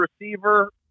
receiver